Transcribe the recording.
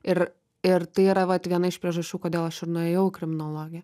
ir ir tai yra vat viena iš priežasčių kodėl aš ir nuėjau kriminologiją